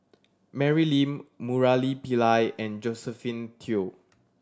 Mary Lim Murali Pillai and Josephine Teo